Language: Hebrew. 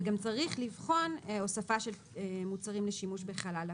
וגם צריך לבחון הוספה של מוצרים לשימוש בחלל הפה.